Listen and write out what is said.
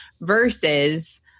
versus